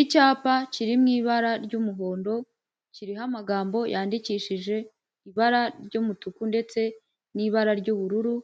Icyapa kiri mu ibara ry'umuhondo kiriho amagambo yandikishije ibara ry'umutuku, ndetse n'ibara ry'ubururu,